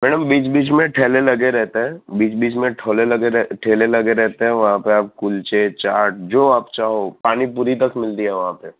madam બીચ બીચ મેં ઠેલે લગે રહેતે હૈ બીચ બીચ મેં ઠોલે લગ ઠેલે લગે રહેતે હૈ વહાં પે આપ કુલચે ચાટ જો આપ ચાહો પાનીપુરી તક મિલતી હૈ વહાં પે